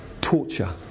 torture